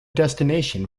destination